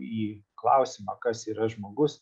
į klausimą kas yra žmogus